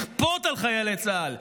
לכפות על חיילי צה"ל,